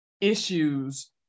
issues